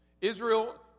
Israel